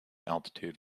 altitude